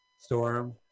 Storm